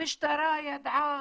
המשטרה ידעה,